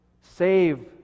Save